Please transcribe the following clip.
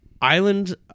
Island